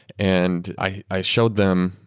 and i i showed them,